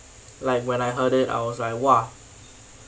like when I heard it I was like !wah!